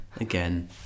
Again